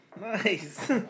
nice